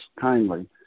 kindly